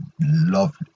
Love